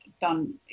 done